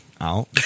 out